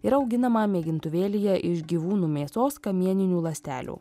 yra auginama mėgintuvėlyje iš gyvūnų mėsos kamieninių ląstelių